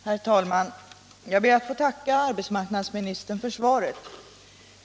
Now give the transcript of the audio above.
Herr talman! Jag ber att få tacka arbetsmarknadsministern för svaret.